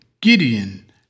Gideon